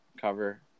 cover